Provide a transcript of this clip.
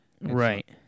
Right